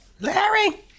Larry